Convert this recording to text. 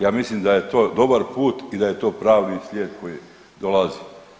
Ja mislim da je to dobar put i da je to pravi slijed koji dolazi.